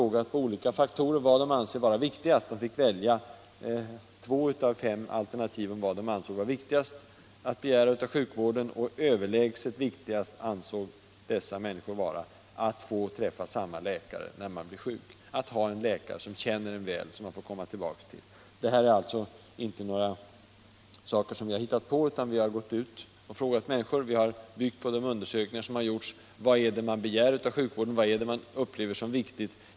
De fick välja två av fem alternativ för vad de ansåg vara viktigast att begära av sjukvården. Överlägset viktigast ansåg dessa människor det vara att få träffa samma läkare när man blir sjuk, att ha en läkare som känner en väl och som man får komma tillbaka till. Deita är alltså inte något som vi har hittat på, utan vi har gått ut och frågat människor. Och vi har byggt på de undersökningar som gjorts. Vad är det man begär av sjukvården och upplever som viktigt?